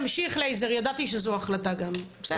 תמשיך לייזר, אני גם ידעתי שזו ההחלטה, בסדר.